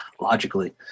logically